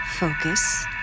Focus